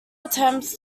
attempts